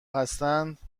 هستند